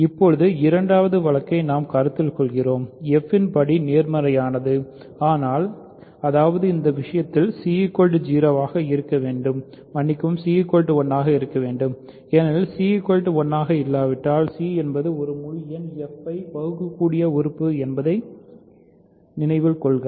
இப்போது இரண்டாவது வழக்கை நாம் கருதுகிறோம்f இன் படி நேர்மறையானது ஆனால் அதாவது இந்த விஷயத்தில் c 0 ஆக இருக்க வேண்டும் மன்னிக்கவும் c 1 ஆக இருக்க வேண்டும் ஏனெனில் c 1 ஆக இல்லாவிட்டால் c என்பது ஒரு முழு எண் f ஐ பகுக்க கூடிய உறுப்பு என்பதை நினைவில் கொள்க